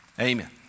Amen